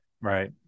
right